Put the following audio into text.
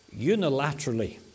unilaterally